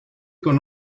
con